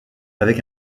avec